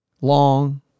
Long